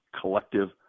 collective